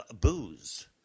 booze